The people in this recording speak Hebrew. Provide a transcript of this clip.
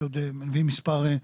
יש לנו עוד מספר מפגשים.